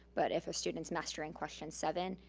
but if a student's mastering question seven,